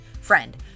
Friend